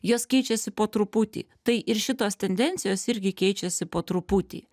jos keičiasi po truputį tai ir šitos tendencijos irgi keičiasi po truputį